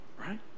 right